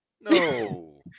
No